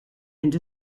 and